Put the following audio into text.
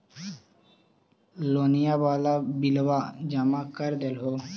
लोनिया वाला बिलवा जामा कर देलहो?